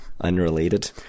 unrelated